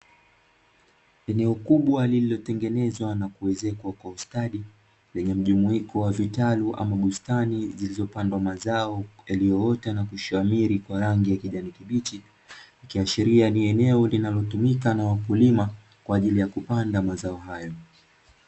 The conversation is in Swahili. Eneo kubwa lililotengenezwa na kuezekwa kwa ustadi, lenye mjumuiko wa vitalu ama bustani, zilizopandwa mazao yaliyoota na kushamiri kwa rangi ya kijani kibichi. Ikiashiria ni eneo linalotumika na wakulima kwa ajili kupanda mazao hayo.